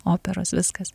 operos viskas